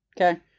Okay